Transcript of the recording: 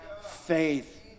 faith